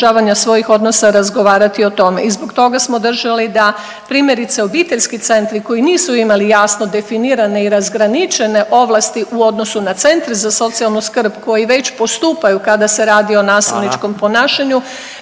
svojih odnosa razgovarati o tome i zbog toga smo držali da, primjerice, obiteljski centri koji nisu imali jasno definirane i razgraničene ovlasti u odnosu na centre za socijalnu skrb koji već postupaju kada se radi o nasilničkom…